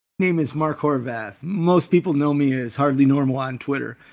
name is mark horvath. most people know me as hardlynormal on twitter.